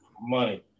money